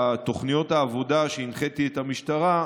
בתוכניות העבודה הנחיתי את המשטרה,